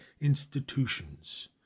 institutions